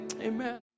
Amen